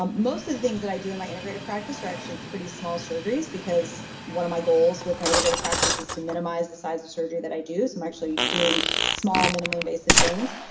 um most of the things that i do in my integrative practice are actually pretty small surgeries because one of my goals with my integrative practice is to minimize the size of surgery that i do so i'm actually doing small, minimally invasive things.